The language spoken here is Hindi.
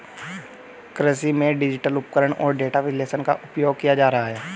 कृषि में डिजिटल उपकरण और डेटा विश्लेषण का उपयोग किया जा रहा है